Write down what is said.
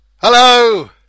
Hello